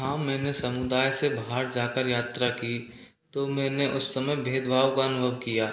हाँ मैंने समुदाय से बाहर जा कर यात्रा की तो मैंने उस समय भेद भाव का अनुभव किया